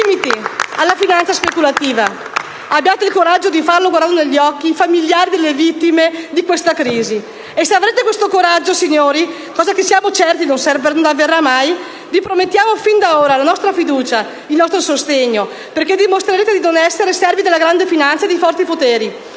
limiti alla finanza speculativa. Abbiate il coraggio di farlo guardando negli occhi i familiari delle vittime di questa crisi. E se avrete questo coraggio, signori, cosa che siamo certi non avverrà mai, vi promettiamo fin da ora la nostra fiducia e il nostro sostegno, perché dimostrereste di non essere servi della grande finanza e dei poteri